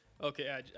Okay